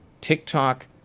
TikTok